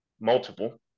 multiple